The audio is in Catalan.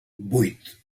vuit